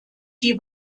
die